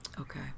Okay